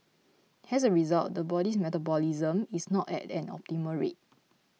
as a result the body's metabolism is not at an optimal rate